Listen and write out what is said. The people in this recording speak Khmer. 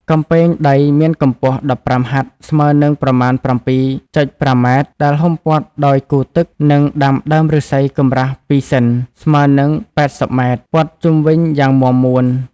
កំពែងដីមានកម្ពស់ ១៥ ហត្ថ ស្មើនឹងប្រមាណ ៧.៥ ម៉ែត្រ ដែលហ៊ុមព័ទ្ធដោយគូទឹក និងដាំដើមឫស្សីកម្រាស់ ២ សិន ស្មើនឹង៨០ ម៉ែត្រ ព័ទ្ធជុំវិញយ៉ាងមាំមួន។